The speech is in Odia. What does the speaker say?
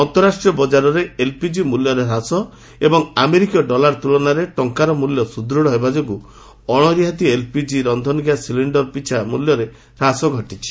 ଅନ୍ତଃରାଷ୍ଟୀୟ ବଜାରରେ ଏଲ୍ପିଜି ମୂଲ୍ୟରେ ହ୍ରାସ ଏବଂ ଆମେରିକୀୟ ଡଲାର ତୁଳନାରେ ଟଙ୍କାର ମୂଲ୍ୟ ସୁଦୃତ୍ ହେବା ଯୋଗୁଁ ଅଣରିହାତି ଏଲ୍ପିଜି ରକ୍ଷନ ଗ୍ୟାସ୍ ସିଲିଣ୍ଡର ପିଛା ମିଲ୍ୟରେ ହ୍ରାସ ଘଟିଛି